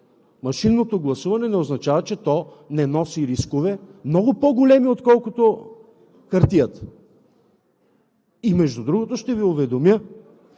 машинното гласуване, не означава, че то не носи рискове много по-големи, отколкото хартията. Между другото, ще Ви уведомя,